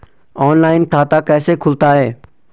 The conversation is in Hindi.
ऑनलाइन खाता कैसे खुलता है?